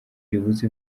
ribuza